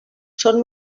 són